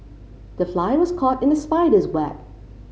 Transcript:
the fly was caught in the spider's web